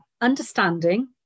understanding